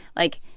like,